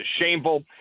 shameful